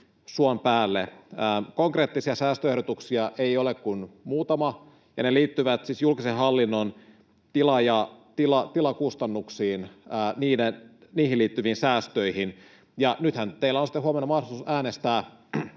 suon päälle. Konkreettisia säästöehdotuksia ei ole kuin muutama, ja ne liittyvät siis julkisen hallinnon tilakustannuksiin, niihin liittyviin säästöihin. Teillähän on sitten huomenna mahdollisuus äänestää